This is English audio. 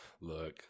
Look